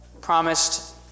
promised